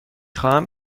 خواهم